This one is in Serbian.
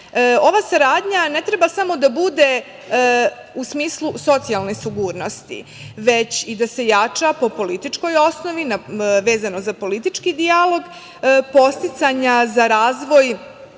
ova saradnja ne treba samo da bude u smislu socijalne sigurnosti, već i da se jača po političkoj osnovi, vezano za politički dijalog, podsticanja za razvoj